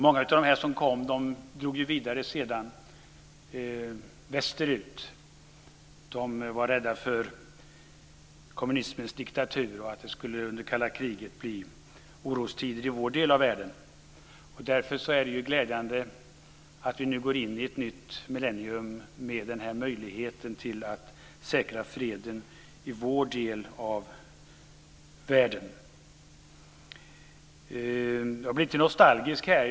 Många av dem som kom drog sedan vidare västerut. De var rädda för kommunismens diktatur och för att det under det kalla kriget skulle bli orostider också i vår del av världen. Därför är det glädjande att vi nu går in i ett nytt millennium med denna möjlighet att säkra freden i vår del av världen. Jag blir lite nostalgisk här.